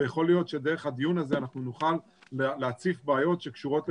ויכול להיות שדרך הדיון הזה אנחנו נוכל להציף בעיות שקשורות למדיניות.